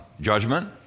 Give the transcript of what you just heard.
judgment